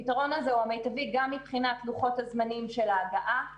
הפתרון הה הוא מיטבי גם מבחינת לוחות הזמנים של ההגעה לאזור,